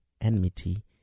enmity